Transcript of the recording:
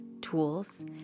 tools